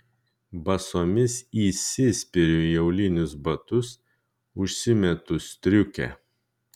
basomis įsispiriu į aulinius batus užsimetu striukę